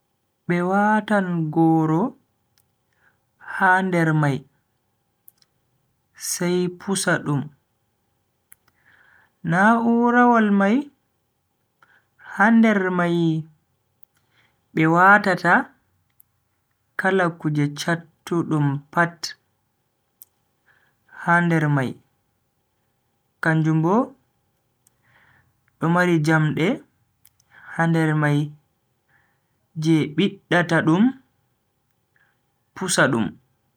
Be watan goro ha nder mai, sai pusa dum. na'urawol mai ha nder mai be watata kala kuje chattudum pat ha nder mai, kanjum bo do mari jamde ha nder mai je biddata dum pusa dum.